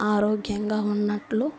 ఆరోగ్యంగా ఉన్నట్లు